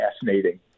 fascinating